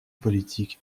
politique